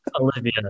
olivia